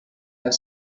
have